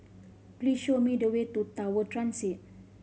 please show me the way to Tower Transit